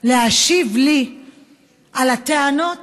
להשיב לי על הטענות